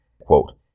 quote